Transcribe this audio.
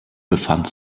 befand